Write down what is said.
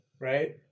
right